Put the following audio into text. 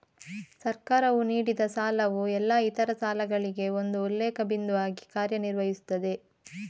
ಸರ್ಕಾರವು ನೀಡಿದಸಾಲವು ಎಲ್ಲಾ ಇತರ ಸಾಲಗಳಿಗೆ ಒಂದು ಉಲ್ಲೇಖ ಬಿಂದುವಾಗಿ ಕಾರ್ಯ ನಿರ್ವಹಿಸುತ್ತದೆ